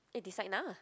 eh decide now ah